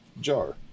jar